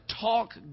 talk